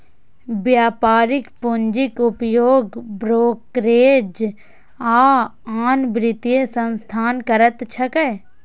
व्यापारिक पूंजीक उपयोग ब्रोकरेज आ आन वित्तीय संस्थान करैत छैक